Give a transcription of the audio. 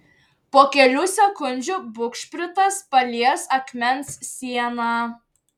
po kelių sekundžių bugšpritas palies akmens sieną